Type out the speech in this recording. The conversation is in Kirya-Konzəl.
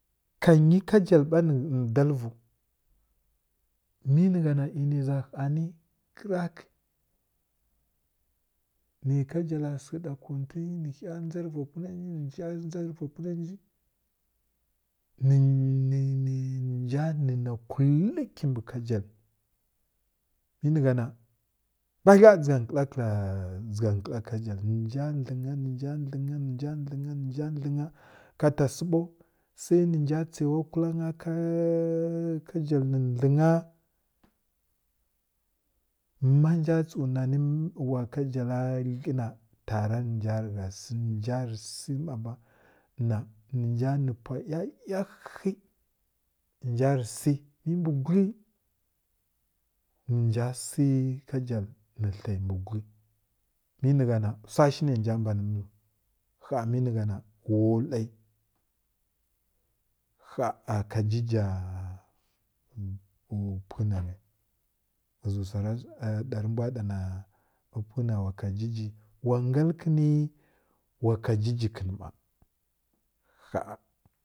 Ka nyi kajal ba ni dal viwu mə ni gha na iy nə za haani krak nə kajala sekə ɗa kwunti nə ghə dʒa rə va punə nj nə nda ndʒa rə ra punə nji nənə ni nja ni na kul kimbi kajal mə nə gha ba padlə dʒa nkla kəl kla dʒa nkla kajal nə nja dlənya nj nja dlənya ka ta si ba w ni nja tsəwa nkalang ka kajal nə dlənga maja tsəw na ni wa kadala hə na tara nja gha ʒi na nja rə si mna ma nə nja ni pwa yayah nə nja rə si mə mbi guri nə nja si kajal nə həyi mbə guri məni gha na wsa shiw nə nsa mbani mələw gha mə ni gha ira loi ha’a ka jida pukə na nagəy ghə zi wsa ra a sa re mbw ɗa na ma pukə na wa ka jəjə wa ngal kənə wa ka jəjə kən mma hala.